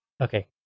Okay